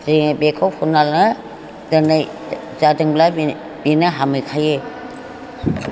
जि बेखौ फुनब्लानो दिनै जादोंब्ला बेनो हामहैखायो